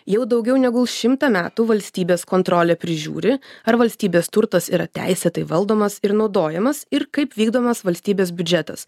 jau daugiau negu šimtą metų valstybės kontrolė prižiūri ar valstybės turtas yra teisėtai valdomas ir naudojamas ir kaip vykdomas valstybės biudžetas